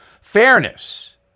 Fairness